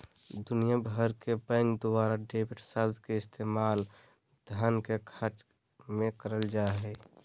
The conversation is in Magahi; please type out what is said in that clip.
दुनिया भर के बैंक द्वारा डेबिट शब्द के इस्तेमाल धन के खर्च मे करल जा हय